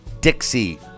Dixie